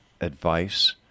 advice